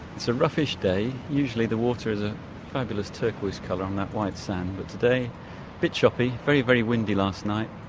so roughish day, usually the water is a fabulous turquoise colour on that white sand but today a bit choppy, very, very windy last night,